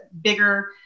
bigger